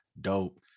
dope